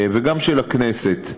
וגם של הכנסת.